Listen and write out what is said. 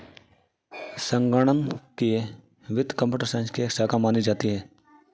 संगणकीय वित्त computer science की एक शाखा मानी जाती है